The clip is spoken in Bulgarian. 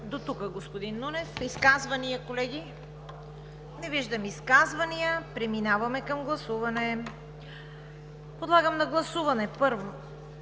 Дотук, господин Нунев. Изказвания? Не виждам изказвания. Преминаваме към гласуване. Подлагам на гласуване